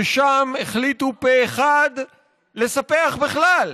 ששם החליטו פה אחד לספח, בכלל,